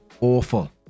awful